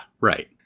right